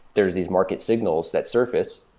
there are these market signals that surface.